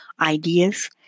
ideas